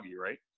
right